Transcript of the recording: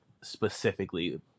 specifically